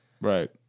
Right